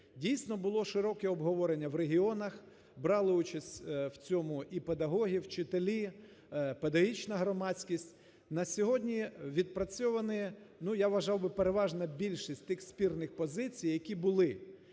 Дійсно було широке обговорення в регіонах, брали участь в цьому і педагоги, вчителі, педагогічна громадськість. На сьогодні відпрацьовані, ну, я вважав би переважна більшість тих спірних позицій, які були.